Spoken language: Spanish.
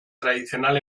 tradicional